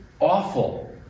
awful